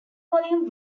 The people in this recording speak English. volume